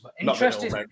Interesting